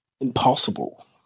impossible